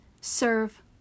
serve